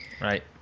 Right